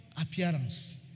appearance